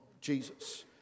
Jesus